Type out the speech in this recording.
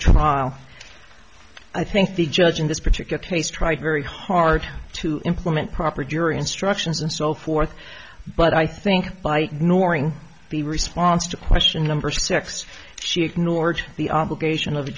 trial i think the judge in this particular case tried very hard to implement proper jury instructions and so forth but i think by ignoring the response to question number six she ignored the obligation of the